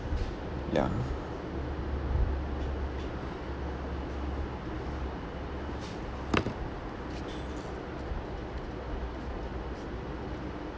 ya